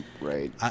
right